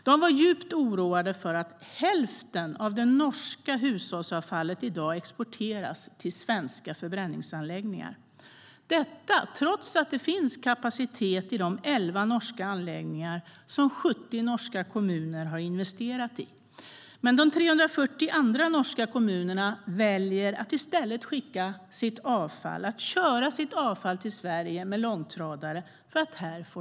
De var djupt oroade över att hälften av det norska hushållsavfallet i dag exporteras till svenska förbränningsanläggningar - detta trots att det finns kapacitet i de elva norska anläggningar som 70 norska kommuner har investerat i. Men de 340 andra norska kommunerna väljer att i stället köra sitt avfall med långtradare till Sverige för att de får rabatt här.